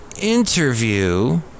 Interview